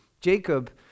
Jacob